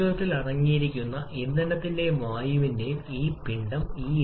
അതിനാൽ ഇത് ഒരു പരിധിവരെ സമാനമാണെന്ന് നിങ്ങൾക്ക് പറയാം തുല്യതാ അനുപാതം